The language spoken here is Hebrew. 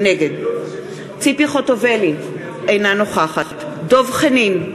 נגד ציפי חוטובלי, אינה נוכחת דב חנין,